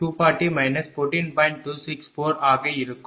264 ஆக இருக்கும்